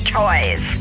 toys